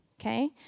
okay